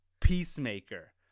Peacemaker